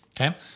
okay